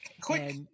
Quick